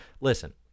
Listen